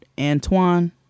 Antoine